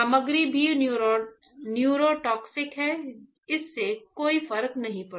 सामग्री भी न्यूरोटॉक्सिक है इससे कोई फर्क नहीं पड़ता